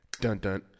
Dun-dun